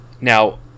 Now